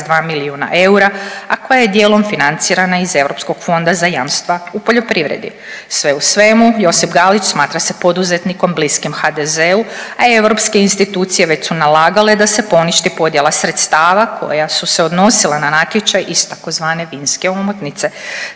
7,2 milijuna eura, a koja je dijelom financirana iz Europskog fonda za jamstva u poljoprivredi. Sve u svemu, Josip Galić smatra se poduzetnikom bliskim HDZ-u, a europske institucije već su nalagale da se poništi podjela sredstava koja su odnosila na natječaj iz tzv. vinske omotnice.